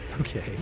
Okay